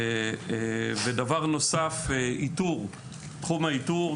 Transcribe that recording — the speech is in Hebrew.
דבר נוסף הוא תחום האיתור,